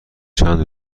چند